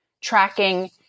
tracking